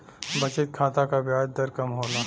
बचत खाता क ब्याज दर कम होला